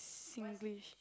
Singlish